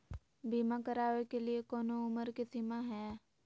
बीमा करावे के लिए कोनो उमर के सीमा है?